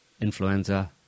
influenza